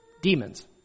demons